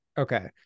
Okay